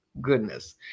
goodness